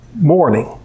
morning